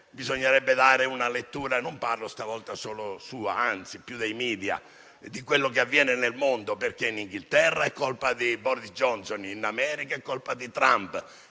più ai *media -* di quello che avviene nel mondo, perché in Inghilterra è colpa di Boris Johnson, in America è colpa di Trump,